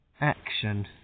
Action